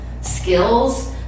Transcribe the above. skills